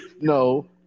No